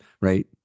right